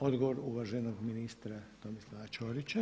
Odgovor uvaženog ministra Tomislava Ćorića.